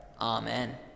Amen